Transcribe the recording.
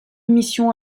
missions